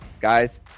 guys